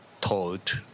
taught